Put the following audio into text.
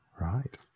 Right